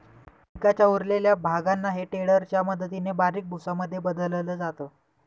पिकाच्या उरलेल्या भागांना हे टेडर च्या मदतीने बारीक भुसा मध्ये बदलल जात